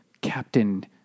Captain